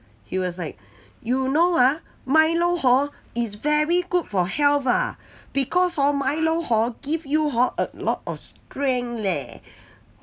he was like you know ah milo hor is very good for health ah because hor milo hor give you hor a lot of strength leh